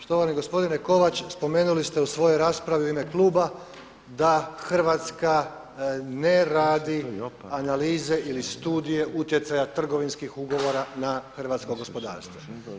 Štovani gospodine Kovač, spomenuli ste u svojoj raspravi u ime kluba da Hrvatska ne radi analize ili studije utjecaja trgovinskih ugovora na hrvatsko gospodarstvo.